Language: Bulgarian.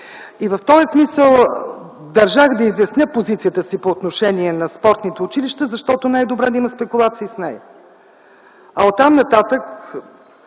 В този смисъл държах да изясня позицията си по отношение на спортните училища, защото не е добре да има спекулации с нея. Оттам нататък,